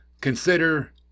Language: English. consider